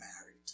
married